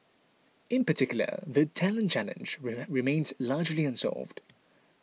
in particular the talent challenge remains largely unsolved